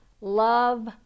love